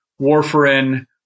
warfarin